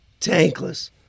tankless